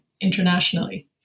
internationally